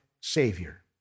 Savior